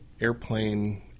airplane